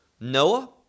Noah